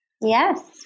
Yes